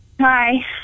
hi